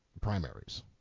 primaries